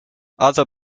other